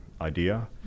idea